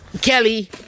Kelly